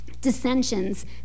dissensions